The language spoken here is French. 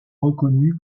reconnue